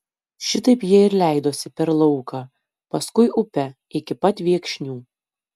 šitaip jie ir leidosi per lauką paskui upe iki pat viekšnių